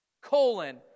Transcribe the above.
Colon